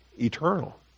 eternal